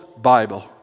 bible